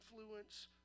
influence